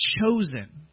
chosen